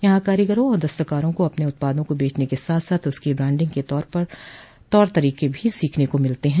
यहां कारीगरों और दस्तकारों को अपने उत्पादों को बेचने के साथ साथ उसकी ब्रांडिंग के तौर तरीके भी सीखने को मिलते हैं